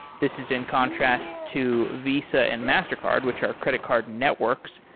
this is in contrast to visa and mastercard, which are credit card networks.